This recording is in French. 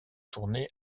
tourner